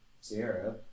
Sierra